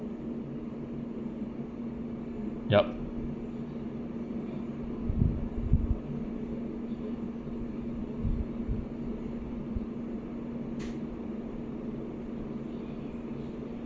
yup